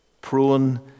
Prone